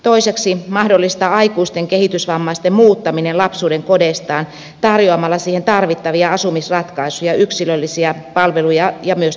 toiseksi mahdollistetaan aikuisten kehitysvammaisten muuttaminen lapsuudenkodeistaan tarjoamalla siihen tarvittavia asumisratkaisuja yksilöllisiä palveluja ja myös tukea